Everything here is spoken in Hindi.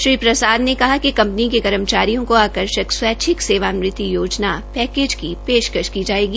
श्री प्रसाद ने कहा कि कंपनी के कर्मचारियों को आर्कषक स्वैच्दिक सेवानिवृत योजना पैकेज की पेशकश की जायेगी